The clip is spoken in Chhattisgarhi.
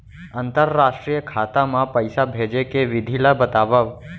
अंतरराष्ट्रीय खाता मा पइसा भेजे के विधि ला बतावव?